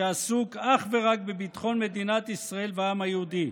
שעסוק אך ורק בביטחון מדינת ישראל והעם היהודי,